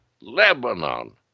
Lebanon